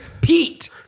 Pete